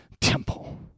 temple